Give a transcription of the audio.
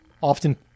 often